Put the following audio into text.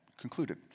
concluded